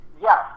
yes